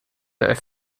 der